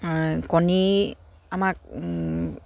কণী আমাক